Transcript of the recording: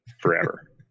forever